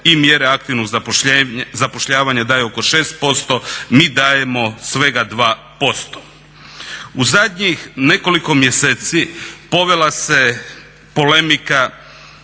i mjere aktivnog zapošljavanja daju oko 6%, mi dajemo svega 2%. U zadnjih nekoliko mjeseci povela se polemika,